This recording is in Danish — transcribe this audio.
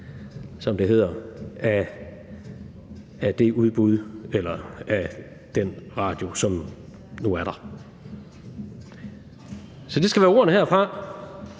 som det hedder, af den radio, som nu er der. Det skal være ordene herfra.